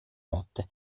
notte